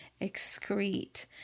excrete